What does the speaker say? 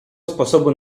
sposobu